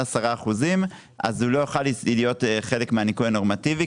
10% הוא לא יוכל להיות חלק מהניכוי הנורמטיבי.